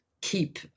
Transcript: keep